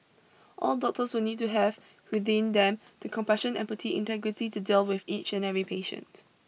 all doctors will need to have within them the compassion empathy and integrity to deal with each and every patient